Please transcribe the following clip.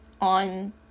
on